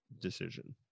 decision